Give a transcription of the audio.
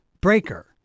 Breaker